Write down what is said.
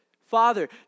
father